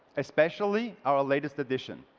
especially, our latest edition.